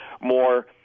more